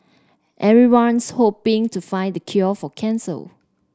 everyone's hoping to find the cure for cancer